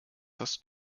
hast